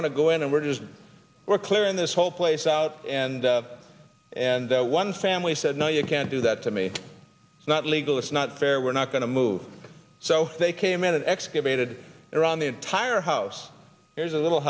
to go in and we're just we're clearing this whole place out and and one family said no you can't do that to me it's not legal it's not fair we're not going to move so they came in and excavated around the entire house there's a little